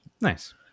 Nice